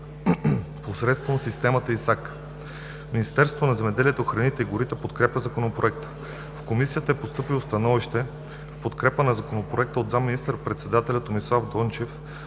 посредством системата ИСАК. Министерството на земеделието, храните и горите подкрепя Законопроекта. В Комисията е постъпило становище в подкрепа на Законопроекта от заместник-министър председателя Томислав Дончев